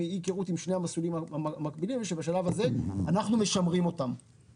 מאי היכרות עם שני המסלולים המקבילים שאנחנו משמרים אותם בשלב הזה.